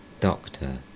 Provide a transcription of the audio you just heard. Doctor